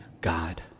God